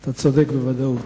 אתה צודק בוודאות.